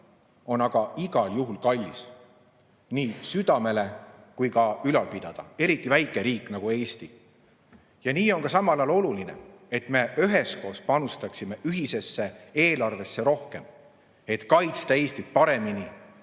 on aga igal juhul kallis, nii südamele kui ka ülal pidada, eriti väike riik nagu Eesti. Nii on samal ajal on oluline, et me üheskoos panustaksime ühisesse eelarvesse rohkem, et kaitsta Eestit paremini,